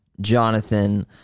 Jonathan